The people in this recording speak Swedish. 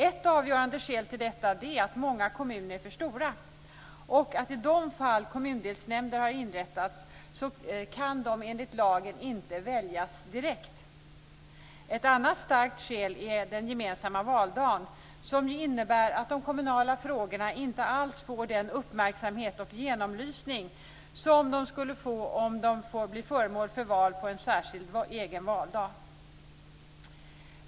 Ett avgörande skäl till detta är att många kommuner är för stora och att i de fall kommundelsnämnder har inrättats kan de enligt lagen inte väljas direkt. Ett annat starkt skäl är den gemensamma valdagen, som innebär att de kommunala frågorna inte alls får den uppmärksamhet och genomlysning som de skulle få om de blev föremål för val på en egen valdag.